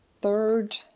third